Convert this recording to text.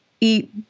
eat